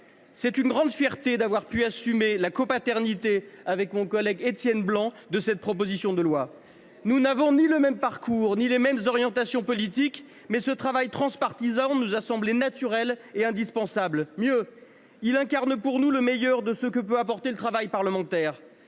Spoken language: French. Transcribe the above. C’est une grande fierté d’avoir pu assumer la copaternité, avec mon collègue Étienne Blanc, de cette proposition de loi. Nous n’avons ni le même parcours ni les mêmes orientations politiques, mais ce travail transpartisan nous a semblé naturel et indispensable. Mieux, il incarne pour nous le meilleur de ce que peut apporter le travail parlementaire.